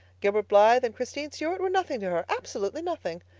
gilbert blythe and christine stuart were nothing to her absolutely nothing.